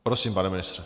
Prosím, pane ministře.